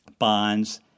bonds